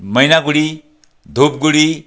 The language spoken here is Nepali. मैनागुडी धुपगुडी